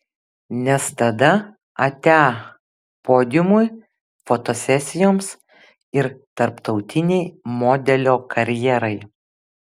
nes tada atia podiumui fotosesijoms ir tarptautinei modelio karjerai